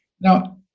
now